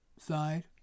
side